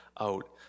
out